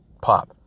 pop